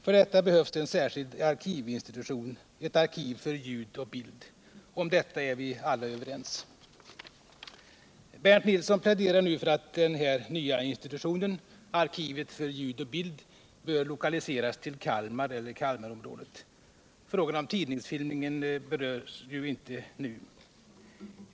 För detta behövs en särskild arkivinstitution, ett arkiv för ljud och bild. Därom är vi alla överens. Bernt Nilsson pläderar för att den nya institutionen, Arkivet för ljud och bild, bör lokaliseras till Kalmar eller dess omnejd. Frågorna om tidningsfilmen berörs inte nu.